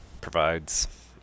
provides